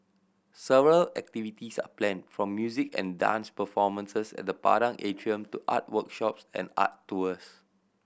several activities are planned from music and dance performances at the Padang Atrium to art workshops and art tours